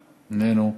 איננו,